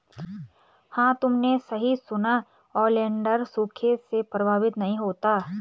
हां तुमने सही सुना, ओलिएंडर सूखे से प्रभावित नहीं होता